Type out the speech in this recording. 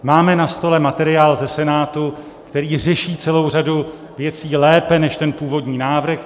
Máme na stole materiál ze Senátu, který řeší celou řadu věcí lépe než ten původní návrh.